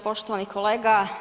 Poštovani kolega.